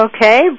Okay